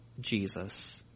Jesus